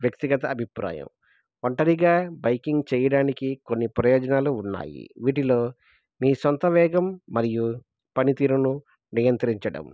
వ్యక్తిగత అభిప్రాయం ఒంటరిగా బైకింగ్ చేయడానికి కొన్ని ప్రయోజనాలు ఉన్నాయి వీటిలో మీ సొంత వేగం మరియు పనితీరును నియంత్రించడం